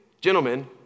gentlemen